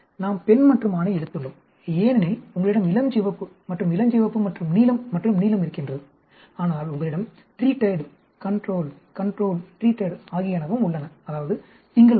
நாம் பெண் மற்றும் ஆணை எடுத்துள்ளோம் ஏனெனில் உங்களிடம் இளஞ்சிவப்பு மற்றும் இளஞ்சிவப்பு மற்றும் நீலம் மற்றும் நீலம் இருக்கின்றது ஆனால் உங்களிடம் ட்ரீட்டட் கன்ட்ரோல் கன்ட்ரோல் ட்ரீட்டட் ஆகியனவும் உள்ளன அதாவது திங்களன்று